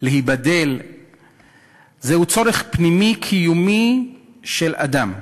ולהיבדל זהו צורך פנימי קיומי של אדם,